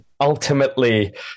ultimately